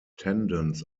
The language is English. tendons